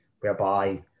whereby